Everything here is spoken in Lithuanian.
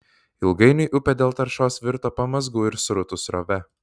ilgainiui upė dėl taršos virto pamazgų ir srutų srove